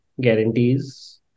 guarantees